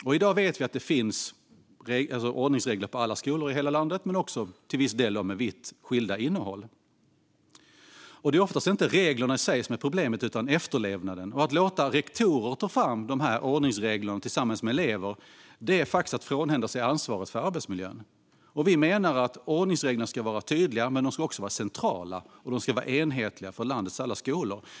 I dag finns ordningsregler på alla skolor i hela landet och till viss del med vitt skilda innehåll. Det är ofta inte själva reglerna som är problemet utan efterlevnaden. Att låta rektorerna ta fram ordningsregler tillsammans med eleverna är att frånhända sig ansvaret för arbetsmiljön. Vi menar att ordningsreglerna ska vara tydliga, men de ska också vara centrala och enhetliga för landets alla skolor.